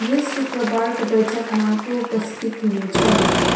यस शुक्रबारको बैठकमा को उपस्थित हुनेछन्